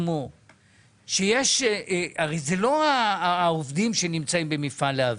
הרי זה לא העובדים שנמצאים במפעל להבים,